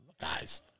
Guys